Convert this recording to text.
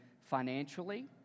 financially